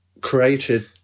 created